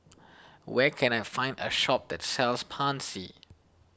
where can I find a shop that sells Pansy